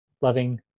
loving